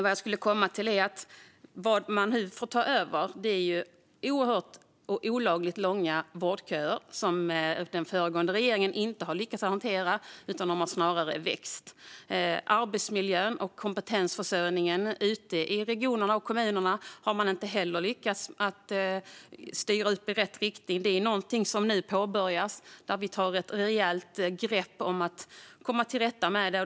Vad jag skulle komma till är att vad regeringen nu får ta över är oerhört och olagligt långa vårdköer som den föregående regeringen inte har lyckats hantera utan som snarare har växt. Arbetsmiljön och kompetensförsörjningen ute i regionerna och kommunerna har man inte heller lyckats styra upp i rätt riktning. Detta är något som nu påbörjas när vi tar ett rejält grepp för att komma till rätta med det.